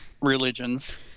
religions